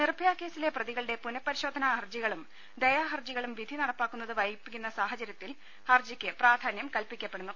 നിർഭയ കേസിലെ പ്രതികളുടെ പുനഃപരിശോധനാ ഹരജികളും ദയാഹരജികളും വിധി നടപ്പാകുന്നത് വൈകിപ്പിക്കുന്ന സാഹചര്യത്തിൽ ഹർജിക്ക് പ്രാധാന്യം കൽപ്പിക്കപ്പെടുന്നു